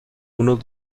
unos